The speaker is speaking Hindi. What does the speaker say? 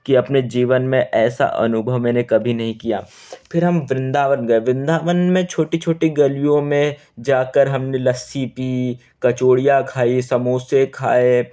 कि अपने जीवन में ऐसा अनुभव मैंने कभी नहीं किया फिर हम वृंदावन गए वृंदावन में छोटी छोटी गलियों में जाकर हमने लस्सी पी कचौड़ियाँ खाई समोसे खाए